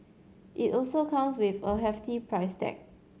it also comes with a hefty price tag